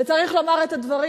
וצריך לומר את הדברים.